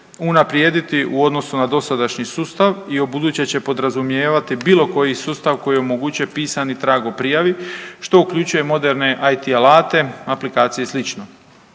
unaprijediti u odnosu na dosadašnji sustav i u buduće se podrazumijevati bilo koji sustav koji omogućuje pisani trag o prijavi što uključuje moderne IT alate, aplikacije i